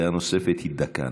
דעה נוספת היא דקה,